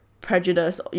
prejudice